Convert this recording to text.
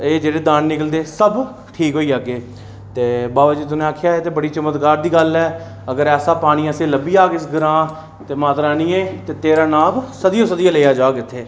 एह् जेह्ड़े दाने निकलदे सब कुछ ठीक होइ जाह्ग ते बाबा जित्तो ने आखेआ एह् ते बड़ी चमत्कार दी गल्ल ऐ अगर ऐसा पानी असेंई लब्भी जाह्ग इस ग्रांऽ बिच माता रानियै तेरा नांऽ सदियें सदियें लेआ जाह्ग इत्थै